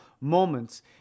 moments